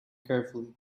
carefully